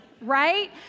right